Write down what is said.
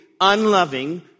unloving